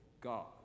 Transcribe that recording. God